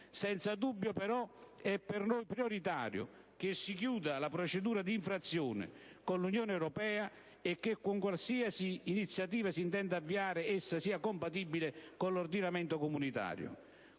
Senza dubbio, però, è per noi prioritario che si chiuda la procedura di infrazione con l'Unione europea e che, qualsiasi iniziativa si intenda avviare, essa sia compatibile con l'ordinamento comunitario.